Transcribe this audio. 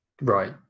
Right